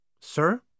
Sir